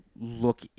look